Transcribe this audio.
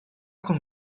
con